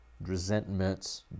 resentments